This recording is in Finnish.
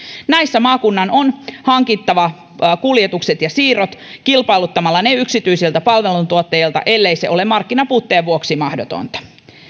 näissä maakunnan on hankittava kuljetukset ja siirrot kilpailuttamalla yksityisiltä palveluntuottajilta ellei se ole markkinapuutteen vuoksi mahdotonta